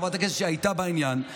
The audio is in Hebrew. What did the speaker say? חברת הכנסת שהייתה בעניין,